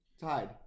Tied